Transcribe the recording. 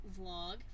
vlog